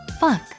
Fuck